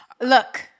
Look